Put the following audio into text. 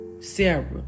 Sarah